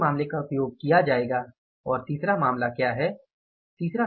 तीसरे मामले का उपयोग किया जाएगा और तीसरा मामला क्या है